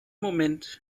moment